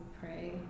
pray